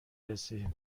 رسی